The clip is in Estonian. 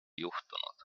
juhtunud